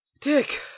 Dick